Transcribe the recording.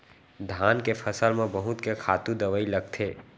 धान के फसल म बहुत के खातू दवई लगथे